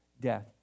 death